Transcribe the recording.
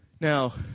Now